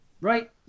Right